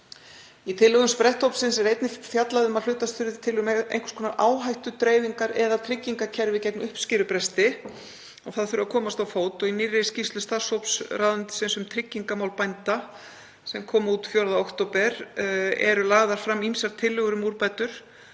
Í tillögum spretthópsins er einnig fjallað um að hlutast þurfi til um einhvers konar áhættudreifingar- eða tryggingakerfi gegn uppskerubresti og það þurfi að komast á fót. Í nýrri skýrslu starfshóps ráðuneytisins um tryggingamál bænda, sem kom út 4. október, eru lagðar fram ýmsar tillögur um úrbætur